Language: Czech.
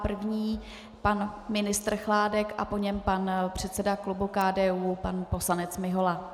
První pan ministr Chládek a po něm pan předseda klubu KDU, pan poslanec Mihola.